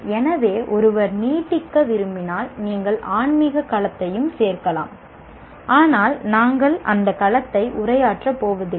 எனவே ஒருவர் நீட்டிக்க விரும்பினால் நீங்கள் ஆன்மீக களத்தை சேர்க்கலாம் ஆனால் நாங்கள் அந்த களத்தை உரையாற்றப் போவதில்லை